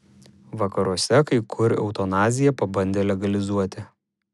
vakaruose kai kur eutanaziją pabandė legalizuoti